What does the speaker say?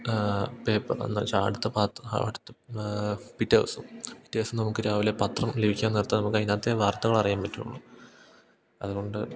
paper എന്താവെച്ചാൽ അടുത്ത പാത് അടുത്ത പിറ്റേ ദിവസം പിറ്റേ ദിവസം നമുക്ക് രാവിലെ പത്രം ലഭിക്കാൻ നേരത്ത് നമുക്ക് അതിനകത്തെ വാർത്തകൾ അറിയാൻ പറ്റുകയുള്ളൂ അതു കൊണ്ട്